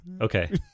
okay